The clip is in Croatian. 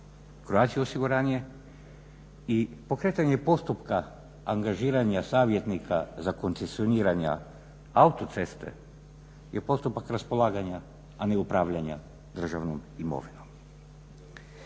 Croatia osiguranja i pokretanje postupka angažiranja savjetnika za koncesioniranja autoceste je postupak raspolaganja, a ne upravljanja državnom imovinom.